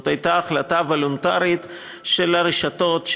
זאת הייתה החלטה וולונטרית של הרשתות,